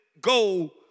go